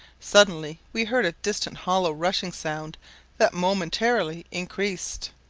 suddenly we heard a distant hollow rushing sound that momentarily increased,